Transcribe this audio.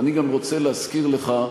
ואני גם רוצה להזכיר לך,